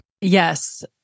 Yes